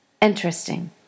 interesting